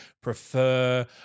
prefer